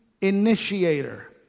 initiator